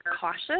cautious